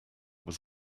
was